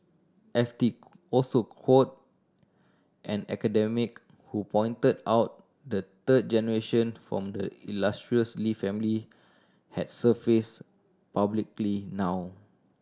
F T also quoted an academic who pointed out the third generation from the illustrious Lee family has surfaced publicly now